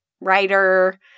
writer